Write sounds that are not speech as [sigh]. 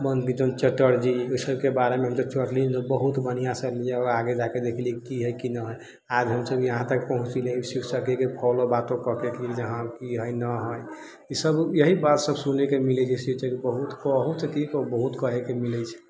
बंकिमचन्द्र चटर्जी ओहिसबके बारेमे हमसब बहुत बढ़िआँसँ आओर आगे जाकऽ देखली की हइ की नहि हइ आज हमसब यहाँ तक पहुँचली शीर्षकेके फॉलो [unintelligible] करिकऽ बातो करिकऽ कि हँ की हइ नहि हइ ई सब इएह बातसब सुनैके मिलैछै शीर्षक बहुत बहुत कहैके मिलै छै